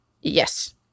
Yes